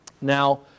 Now